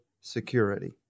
security